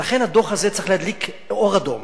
ולכן הדוח הזה צריך להדליק אור אדום.